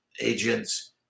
agents